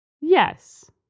Yes